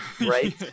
right